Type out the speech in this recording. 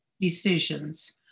decisions